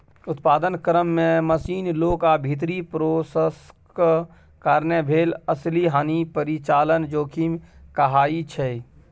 उत्पादन क्रम मे मशीन, लोक आ भीतरी प्रोसेसक कारणेँ भेल असली हानि परिचालन जोखिम कहाइ छै